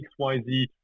XYZ